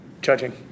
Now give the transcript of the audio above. judging